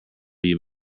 you